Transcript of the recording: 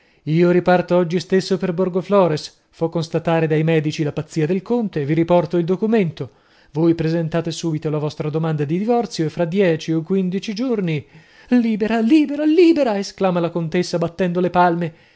io riparto oggi stesso per borgoflores fo constatare dai medici la pazzia del conte vi riporto il documento voi presentate subito la vostra domanda di divorzio e fra dieci o quindici giorni libera libera libera esclama la contessa battendo le palme